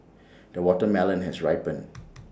the watermelon has ripened